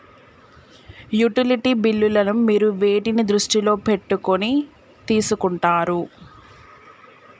Utility బిల్లులను మీరు వేటిని దృష్టిలో పెట్టుకొని తీసుకుంటారు?